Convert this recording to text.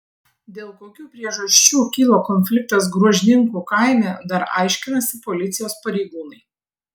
dėl kokių priežasčių kilo konfliktas gruožninkų kaime dar aiškinasi policijos pareigūnai